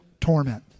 torment